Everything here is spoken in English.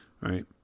Right